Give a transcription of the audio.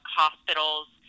hospitals